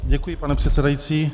Děkuji, pane předsedající.